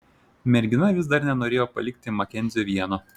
mergina vis dar nenorėjo palikti makenzio vieno